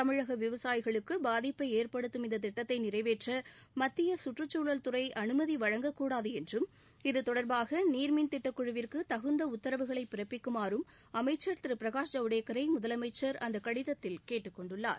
தமிழக விவசாயிகளுக்கு பாதிப்பை ஏற்படுத்தும் இந்த திட்டத்தை நிறைவேற்ற மத்திய சுற்றுச்சூழல் துறை அனுமதி வழங்கக்கூடாது என்றும் இது தொடர்பாக நீர்மின் திட்டக் குழுவிற்கு தகுந்த உத்தரவுகளை பிறப்பிக்குமாறும் அமைச்சர் திரு பிரகாஷ் ஜவடேக்கனர் முதலமைச்சர் அந்த கடிதத்தில் கேட்டுக் கொண்டுள்ளார்